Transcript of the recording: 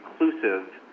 inclusive